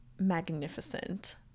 magnificent